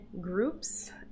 groups